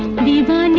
the but i mean